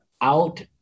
out